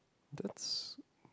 that's